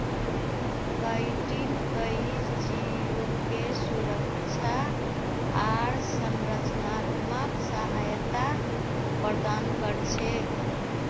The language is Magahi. काइटिन कई जीवके सुरक्षा आर संरचनात्मक सहायता प्रदान कर छेक